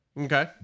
Okay